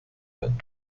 werden